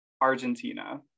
Argentina